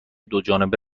دوجانبه